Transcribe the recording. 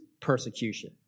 persecution